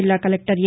జిల్లా కలెక్టర్ ఏ